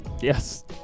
Yes